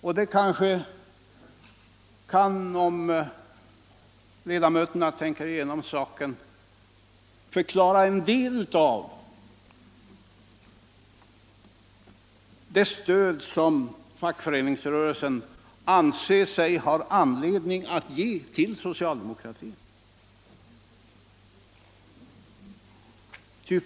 Och det kanske — om ledamöterna tänker igenom saken — kan förklara en del av det stöd som fackföreningsrörelsen anser sig ha anledning att ge till socialdemokratin.